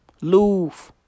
Louvre